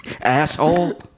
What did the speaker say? Asshole